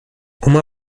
uma